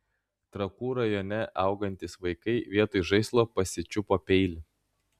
trakų rajone augantys vaikai vietoj žaislo pasičiupo peilį